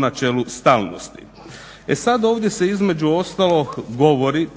načelu stalnosti. E sad, ovdje se između ostalog govori